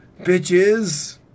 Bitches